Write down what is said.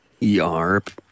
Yarp